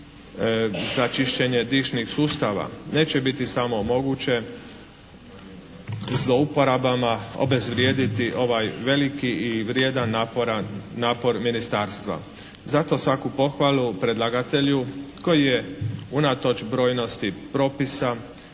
za čišćenje dišnih sustava. Neće biti samo moguće zlouporabama obezvrijediti ovaj veliki i vrijedan napora, napor Ministarstva. Zato svaku pohvalu predlagatelju koji je unatoč brojnosti propisa,